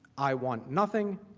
i want nothing,